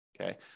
okay